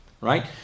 right